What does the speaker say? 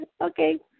Okay